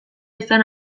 izan